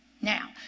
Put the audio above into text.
Now